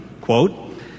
Quote